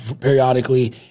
periodically